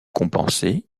compensée